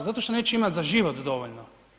Zato što neće imat za život dovoljno.